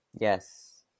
Yes